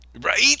Right